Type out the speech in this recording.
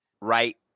right